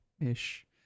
ish